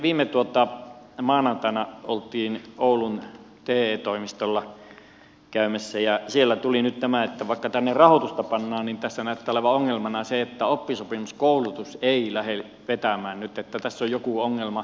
viime maanantaina oltiin oulun te toimistolla käymässä ja siellä tuli nyt tämä että vaikka tänne rahoitusta pannaan niin tässä näyttää olevan ongelmana se että oppisopimuskoulutus ei lähde vetämään nyt että tässä on joku ongelma